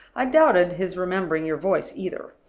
i doubted his remembering your voice, either.